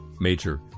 major